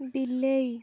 ବିଲେଇ